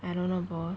I don't know bro